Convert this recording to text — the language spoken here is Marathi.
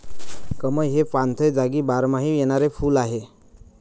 कमळ हे पाणथळ जागी बारमाही येणारे फुल आहे